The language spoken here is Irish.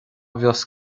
bhfios